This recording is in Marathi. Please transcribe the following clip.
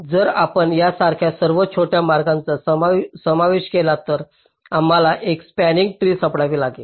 जर आपण यासारख्या सर्व छोट्या मार्गाचा समावेश केला असेल तर आम्हाला एक स्पंनिंग ट्री सापडले आहे